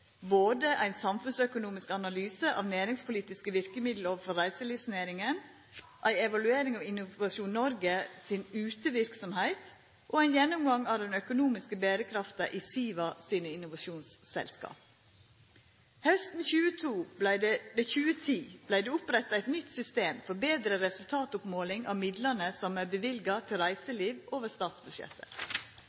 både ein samfunnsøkonomisk analyse av næringspolitiske verkemiddel overfor reiselivsnæringa, ei evaluering av Innovasjon Norge si uteverksemd, og ein gjennomgang av den økonomiske berekrafta i SIVA sine innovasjonsselskap. Hausten 2010 vart det oppretta eit nytt system for betre resultatmåling av midlane som er løyvde til reiseliv over statsbudsjettet.